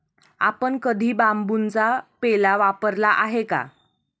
आपण कधी बांबूचा पेला वापरला आहे का?